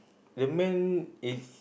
the man is